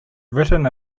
written